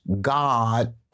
God